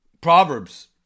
Proverbs